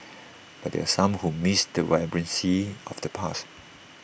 but there are some who miss the vibrancy of the past